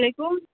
ولیکم